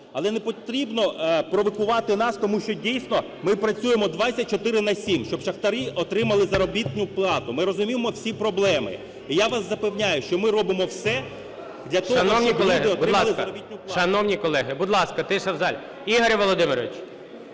Але не потрібно провокувати нас, тому що, дійсно, ми працюємо "24 на 7", щоб шахтарі отримали заробітну плату. Ми розуміємо всі проблеми. І я вас запевняю, що ми робимо все для того, щоб люди отримали заробітну плату. ГОЛОВУЮЧИЙ. Шановні колеги, будь ласка! Шановні колеги,